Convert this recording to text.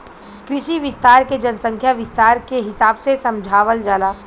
कृषि विस्तार के जनसंख्या विस्तार के हिसाब से समझावल जाला